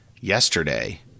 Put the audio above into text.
yesterday